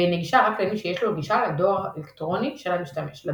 והיא נגישה רק למי שיש לו גישה לדוא"ל של המשתמש.